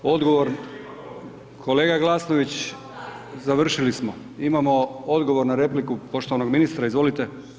Odgovor… ... [[Upadica se ne čuje.]] Kolega Glasnović, završili smo, imamo odgovor na repliku poštovanog ministra, izvolite.